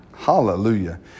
Hallelujah